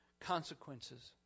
Consequences